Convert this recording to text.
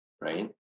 Right